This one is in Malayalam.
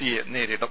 സിയെ നേരിടും